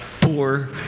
poor